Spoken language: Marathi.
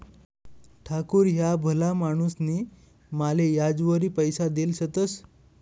ठाकूर ह्या भला माणूसनी माले याजवरी पैसा देल शेतंस